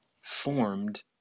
formed